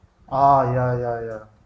ah ya ya ya